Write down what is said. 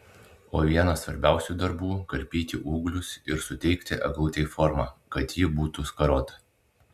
o vienas svarbiausių darbų karpyti ūglius ir suteikti eglutei formą kad ji būtų skarota